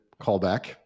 callback